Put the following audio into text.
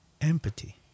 empathy